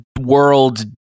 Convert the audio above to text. world